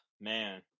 Man